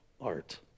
Art